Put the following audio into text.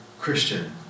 Christian